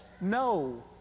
no